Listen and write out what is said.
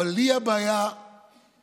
הבעיה שלי